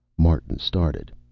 martin started.